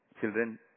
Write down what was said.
Children